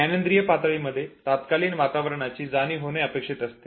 ज्ञानेन्द्रिय पातळी मध्ये तात्कालीन वातावरणाची जाणीव होणे अपेक्षित असते